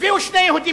הביאו שני יהודים,